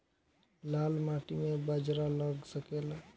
लाल माटी मे बाजरा लग सकेला?